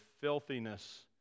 filthiness